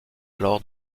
alors